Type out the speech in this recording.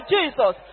Jesus